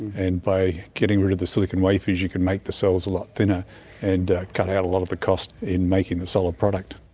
and by getting rid of the silicon wafers you can make the cells a lot thinner and cut out a lot of the cost in making the solar product.